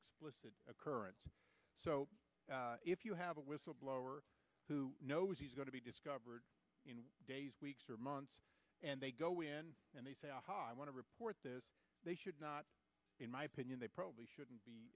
explicit occurrence so if you have a whistleblower who knows he's going to be discovered days weeks or months and they go in and they say aha i want to report this they should not in my opinion they probably shouldn't be